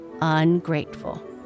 ungrateful